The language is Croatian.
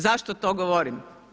Zašto to govorim?